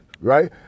right